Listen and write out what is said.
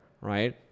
right